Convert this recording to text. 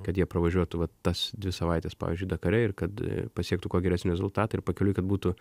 kad jie pravažiuotų vat tas dvi savaites pavyzdžiui dakare ir kad pasiektų kuo geresnį rezultatą ir pakeliui kad būtų